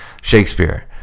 Shakespeare